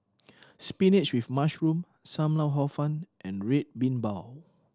spinach with mushroom Sam Lau Hor Fun and Red Bean Bao